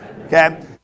okay